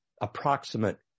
approximate